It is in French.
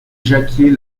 jacquier